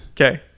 okay